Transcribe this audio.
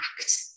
act